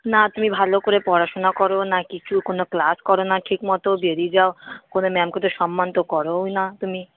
না তুমি ভালো করে পড়াশোনা করো না কিছু কোনো ক্লাস করো না ঠিক মতো বেরিয়ে যাও কোনো ম্যামকে তো সম্মান তো করোও না তুমি